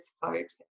folks